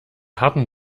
harten